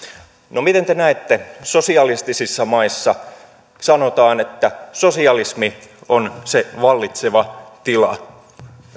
no miten te näette kun sanotaan sosialistisissa maissa että sosialismi on se vallitseva tila